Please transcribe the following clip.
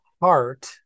heart